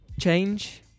change